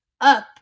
up